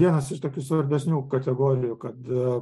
vienas iš tokių svarbesnių kategorijų kad